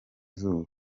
izuba